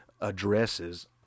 addresses